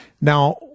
now